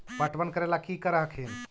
पटबन करे ला की कर हखिन?